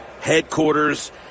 headquarters